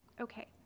okay